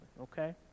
okay